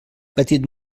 petit